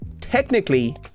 technically